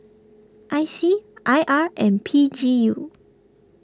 I C I R and P G U